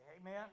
Amen